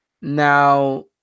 now